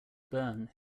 burn